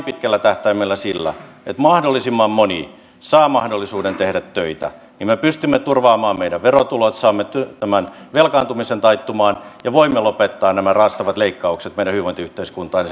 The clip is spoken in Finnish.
pitkällä tähtäimellä vain sillä että mahdollisimman moni saa mahdollisuuden tehdä töitä me pystymme turvaamaan meidän verotulot saamme tämän velkaantumisen taittumaan ja voimme lopettaa nämä raastavat leikkaukset meidän hyvinvointiyhteiskuntaan ja